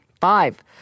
Five